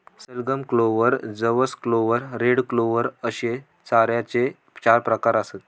सलगम, क्लोव्हर, जवस clover, red clover अश्ये चाऱ्याचे चार प्रकार आसत